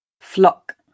Flock